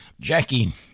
Jackie